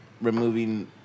removing